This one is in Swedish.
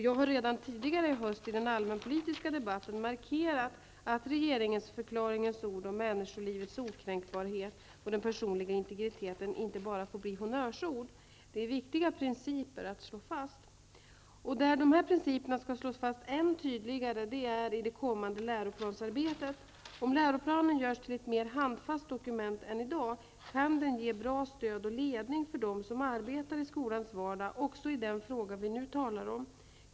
Jag har redan tidigare i höst i den allmänpolitiska debatten markerat att regeringsförklaringens ord om människolivets okränkbarhet och den personliga integriteten inte bara får bli honnörsord. De är viktiga principer att slå fast. Och där dessa principer skall slås fast än tydligare är i det kommande läroplansarbetet. Om läroplanen görs till ett mer handfast dokument än i dag, kan den ge bra stöd och ledning för dem som arbetar i skolans vardag också i den fråga vi nu talar om.